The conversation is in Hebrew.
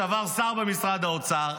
לשעבר שר במשרד האוצר,